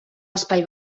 espai